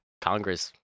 Congress